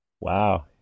Wow